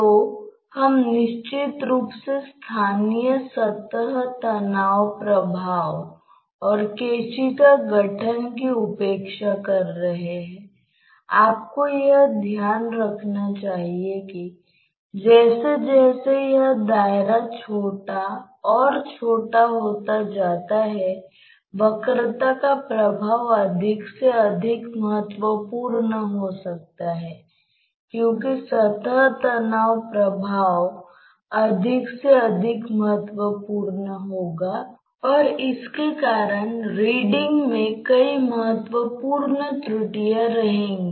तो उस स्थिति में वेग प्रोफ़ाइल दीवार पर 0 मान की तरह होगी और फिर दीवार से दूर बढ़ती जाएगी